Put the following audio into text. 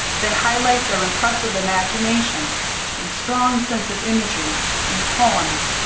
they highlight their impressive imaginations and strong sense of imagery in poems,